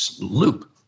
loop